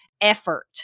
effort